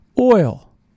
oil